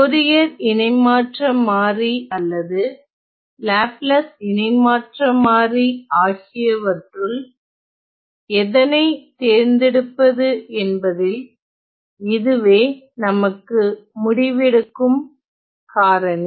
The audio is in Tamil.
போரியர் இணைமாற்ற மாறி அல்லது லாப்லாஸ் இணைமாற்ற மாறி ஆகியவற்றுள் எதனை தேர்ந்தெடுப்பது என்பதில் இதுவே நமக்கு முடிவெடுக்கும் காரணி